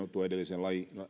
edellisen